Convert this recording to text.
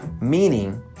Meaning